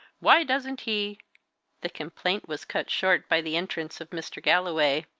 why doesn't he the complaint was cut short by the entrance of mr. galloway.